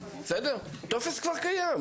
הטופס כבר קיים.